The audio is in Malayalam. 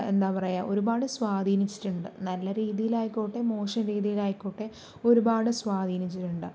എന്താപറയുക ഒരുപാട് സ്വാധീനിച്ചിട്ടുണ്ട് നല്ല രീതിയിലായിക്കോട്ടെ മോശം രീതിയിലായിക്കോട്ടെ ഒരുപാട് സ്വാധീനിച്ചിട്ടുണ്ട്